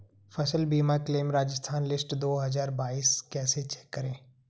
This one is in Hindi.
फसल बीमा क्लेम राजस्थान लिस्ट दो हज़ार बाईस कैसे चेक करें?